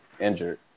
injured